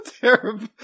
terrible